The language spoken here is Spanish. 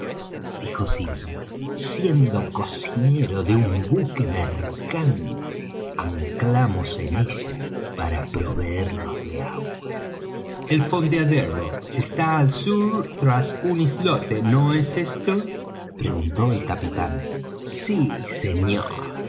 dijo silver siendo cocinero de un buque mercante anclamos en ella para proveernos de agua el fondeadero está al sur tras un islote no es esto preguntó el capitán sí señor